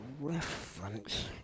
reference